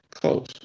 Close